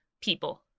people